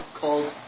called